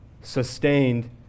sustained